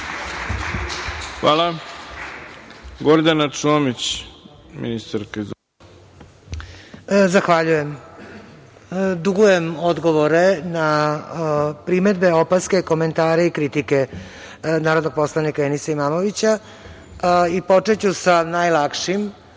ima Gordana Čomić. **Gordana Čomić** Zahvaljujem. Dugujem odgovore na primedbe, opaske, komentare i kritike narodnog poslanika Enisa Imamovića i počeću sa najlakšim,